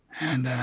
and